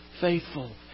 faithful